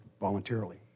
voluntarily